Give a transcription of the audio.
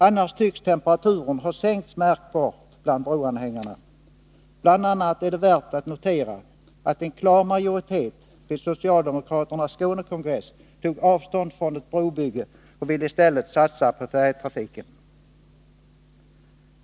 Annars tycks temperaturen ha sänkts märkbart bland broanhängarna. Det är bl.a. värt att notera att en klar majoritet vid socialdemokraternas Skånekongress tog avstånd från ett brobygge och i stället vill satsa på färjetrafiken.